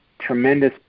tremendous